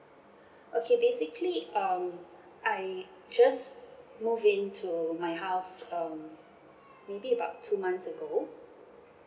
okay basically um I just move in to my house um maybe about two months ago